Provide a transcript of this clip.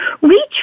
reach